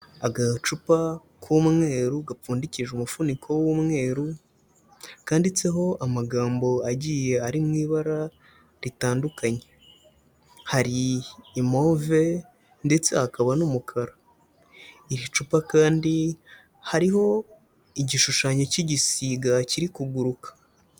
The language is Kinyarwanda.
Agacupa k'umweru gapfundikije umufuniko w'umweru kanditseho amagambo agiye ari mu ibara ritandukanye, hari imove ndetse hakaba n'umukara, iri cupa kandi hariho igishushanyo cy'igisiga kiri kuguruka.